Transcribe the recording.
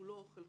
כולו או חלקו.